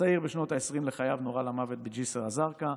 צעיר בשנות העשרים לחייו נורה למוות בג'יסר א-זרקא,